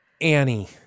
Annie